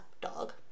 dog